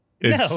No